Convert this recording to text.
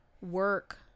work